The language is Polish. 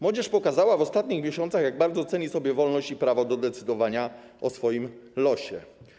Młodzież pokazała w ostatnich miesiącach, jak bardzo ceni sobie wolność i prawo do decydowania o swoim losie.